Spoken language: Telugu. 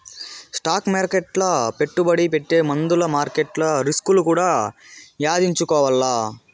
స్టాక్ మార్కెట్ల పెట్టుబడి పెట్టే ముందుల మార్కెట్ల రిస్కులు కూడా యాదించుకోవాల్ల